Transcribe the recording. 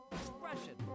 expression